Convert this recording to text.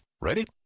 Ready